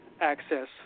access